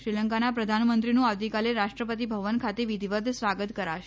શ્રીલંકાના પ્રધાનમંત્રીનું આવતીકાલે રાષ્ટ્ર તિભવન ખાતે વિધિવત સ્વાગત કરાશે